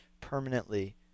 permanently